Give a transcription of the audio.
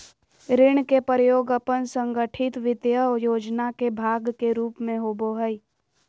ऋण के प्रयोग अपन संगठित वित्तीय योजना के भाग के रूप में होबो हइ